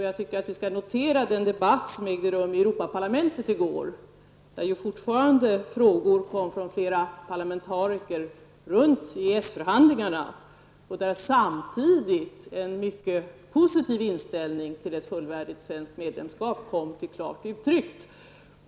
Jag tycker att vi skall notera den debatt som i går ägde rum i Europaparlamentet, där ju fortfarande frågor kom från flera parlamentariker om EES förhandlingarna. Samtidigt kom en mycket positiv inställning till ett fullvärdigt svenskt medlemskap till klart uttryck.